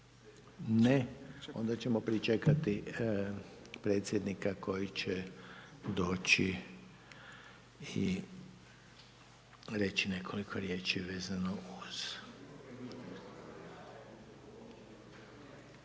Ne. Onda ćemo pričekati predsjednika koji će doći i reći nekoliko riječi vezano uz